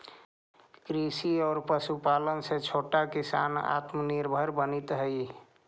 कृषि आउ पशुपालन से छोटा किसान आत्मनिर्भर बनित हइ